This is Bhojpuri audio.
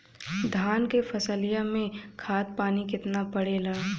धान क फसलिया मे खाद पानी कितना पड़े ला?